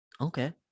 Okay